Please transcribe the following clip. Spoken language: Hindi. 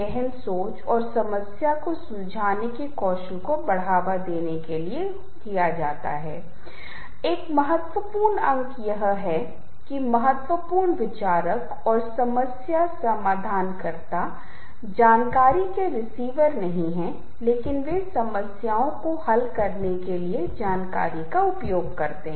अब यह जो हमें बताता है कि हम किसी स्तर पर दृश्य के साथ संगीत रंगों के साथ संगीत से संबंधित हैं और यह हमारे लिए बहुत महत्वपूर्ण है क्योंकि जब हम उनके विपरीत होते हैं तो वे एक अलग तरह का अर्थ पैदा करते हैं जब हम उन्हें एक साथ करते हैं तो वे एक बिल्कुल अलग तरह का अर्थ पैदा करते हैं